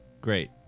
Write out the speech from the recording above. great